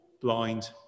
blind